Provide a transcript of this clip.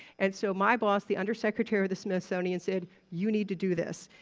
and so my boss, the under secretary of the smithsonian, said, you need to do this.